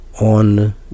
on